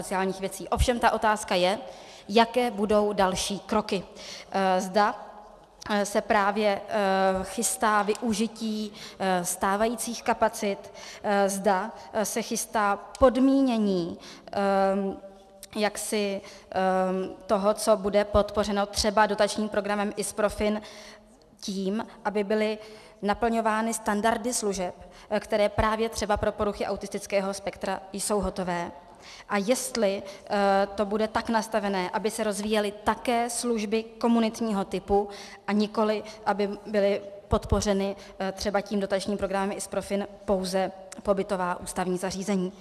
Ovšem otázka je, jaké budou další kroky, zda se právě chystá využití stávajících kapacit, zda se chystá podmínění toho, co bude podpořeno třeba dotačním programem ISPROFIN, tím, aby byly naplňovány standardy služeb, které právě třeba pro poruchy autistického spektra jsou hotové, a jestli to bude tak nastaveno, aby se rozvíjely také služby komunitního typu, a nikoliv aby byla podpořena třeba tím dotačním programem ISPROFIN pouze pobytová ústavní zařízení.